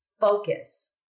focus